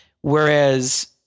Whereas